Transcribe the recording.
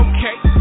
Okay